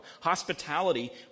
Hospitality